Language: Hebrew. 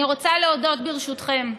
אני רוצה להודות, ברשותכם,